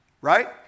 Right